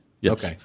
yes